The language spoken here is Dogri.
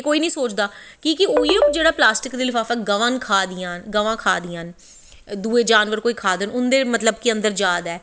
एह् कोई नी सोचदा क्योंकि उऐ प्लास्टिक दा लफापा गवां खा दियां दुए जानवर कोई खा दे न उंदे कि मतलव अन्दर जा दा ऐ